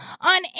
on